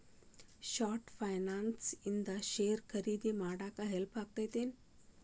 short finance ಇಂದ share ಖರೇದಿ ಮಾಡಾಕ ಹೆಲ್ಪ್ ಆಗತ್ತೇನ್